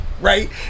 right